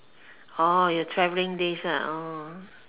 orh your traveling days ah orh